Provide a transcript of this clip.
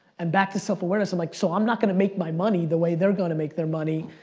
and back to self-awareness, i'm like, so i'm not gonna make my money the way they're gonna make their money.